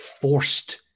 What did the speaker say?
forced